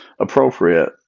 appropriate